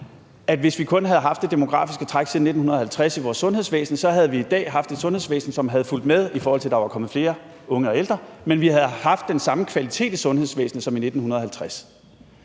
hvis vi kun havde haft det demografiske træk siden 1950 i vores sundhedsvæsen, havde vi i dag haft et sundhedsvæsen, som nok havde fulgt med, i forhold til at der var kommet flere unge og ældre, men vi havde haft den samme kvalitet i sundhedsvæsenet som i 1950.